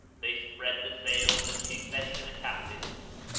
they spread the sails and she said to the captains,